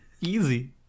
Easy